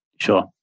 Sure